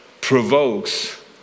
provokes